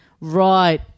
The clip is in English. Right